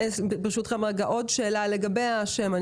ברשותכם, יש לי עוד שאלה לגבי השם.